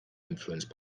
influenced